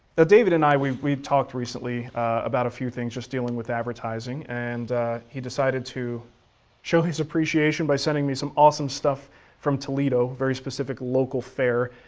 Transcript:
ah david and i, we we talked recently about a few things just dealing with advertising and he decided to show his appreciation by sending me some awesome stuff from toledo. very specific local fare.